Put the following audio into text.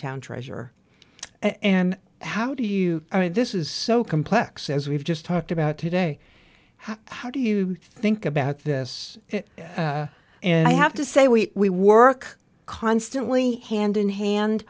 town treasurer and how do you i mean this is so complex as we've just talked about today how do you think about this and i have to say we work constantly hand in hand